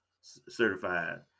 certified